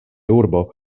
urbo